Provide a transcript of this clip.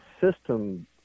system